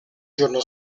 giorno